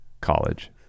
college